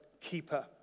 keeper